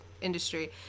industry